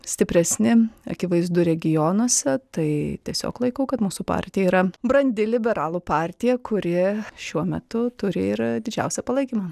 stipresni akivaizdu regionuose tai tiesiog laikau kad mūsų partija yra brandi liberalų partija kuri šiuo metu turi ir didžiausią palaikymą